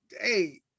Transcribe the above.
hey